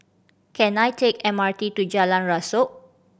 can I take M R T to Jalan Rasok